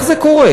איך זה קורה?